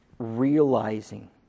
Realizing